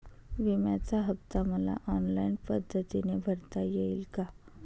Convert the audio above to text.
विम्याचा हफ्ता मला ऑनलाईन पद्धतीने भरता येईल का?